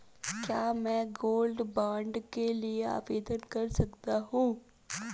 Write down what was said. क्या मैं gold bond के लिए आवेदन कर सकता हूं?